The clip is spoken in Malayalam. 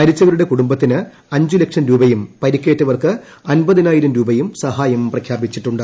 മരിച്ചവരുടെ കുടുംബത്തിന് അഞ്ച് ലക്ഷം രൂപയും പരിക്കേറ്റവർക്ക് അൻപതിനായിരം രൂപയും സഹായം പ്രഖ്യാപിച്ചിട്ടുണ്ട്